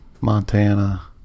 Montana